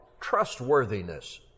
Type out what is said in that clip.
trustworthiness